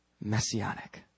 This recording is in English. Messianic